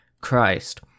Christ